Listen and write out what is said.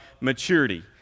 maturity